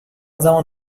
زمان